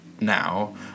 now